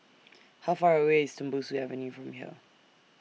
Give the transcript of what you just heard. How Far away IS Tembusu Avenue from here